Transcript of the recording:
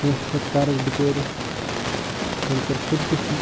کٲنسہِ کھوٚت قرض بِچٲرِس تٔمۍ کٔر خود کشی